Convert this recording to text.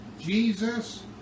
Jesus